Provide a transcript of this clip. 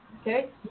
Okay